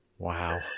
wow